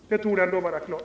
Det torde väl ändå stå klart.